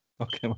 Okay